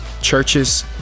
churches